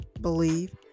believe